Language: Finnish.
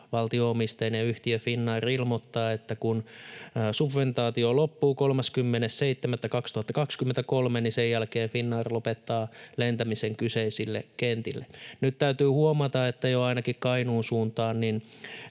valtio-omisteinen yhtiö Finnair ilmoitti, että kun subventaatio loppuu 30.7.2023, niin sen jälkeen Finnair lopettaa lentämisen kyseisille kentille. Nyt täytyy huomata, että ainakin jo Kainuun suuntaan